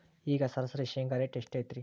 ಈಗ ಸರಾಸರಿ ಶೇಂಗಾ ರೇಟ್ ಎಷ್ಟು ಐತ್ರಿ?